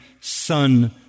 Son